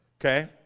Okay